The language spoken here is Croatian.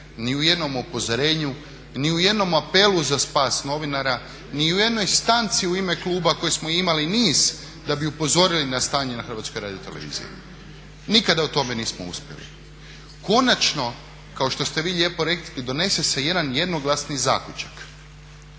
ni u jednom upozorenju, ni u jednom apelu za spas novinara, ni u jednoj stanci u ime kluba koji smo imali niz da bi upozorili na stanje na HRT-u. Nikada u tome nismo uspjeli. Konačno, kao što ste vi lijepo rekli, donese se jedan jednoglasni zaključak